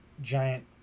giant